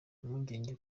impungenge